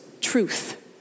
truth